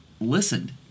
listened